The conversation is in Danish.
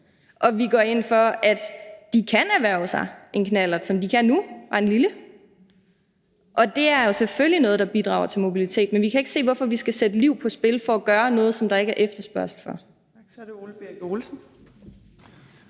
og vi går ind for, at de kan erhverve sig en knallert, som de kan nu – bare en lille en. Og det er jo selvfølgelig noget, der bidrager til mobiliteten, men vi kan ikke se, hvorfor vi skal sætte liv på spil for at gøre noget, som der ikke er efterspørgsel på.